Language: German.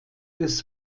des